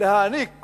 להעניק